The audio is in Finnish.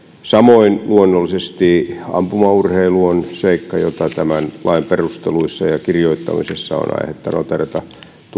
samoin luonnollisesti ampumaurheilu on seikka joka tämän lain perusteluissa ja kirjoittamisessa on aihetta noteerata